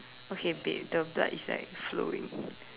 okay babe the blood is like flowing